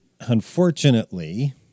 unfortunately